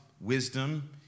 wisdom